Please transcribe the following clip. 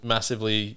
Massively